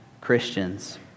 Christians